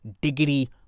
diggity